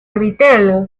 evitarlo